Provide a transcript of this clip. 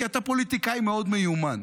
כי אתה פוליטיקאי מאוד מיומן.